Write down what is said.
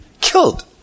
killed